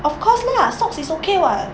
of course lah socks it's okay [what]